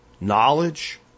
knowledge